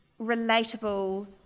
relatable